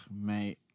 Mate